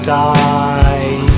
die